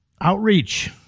outreach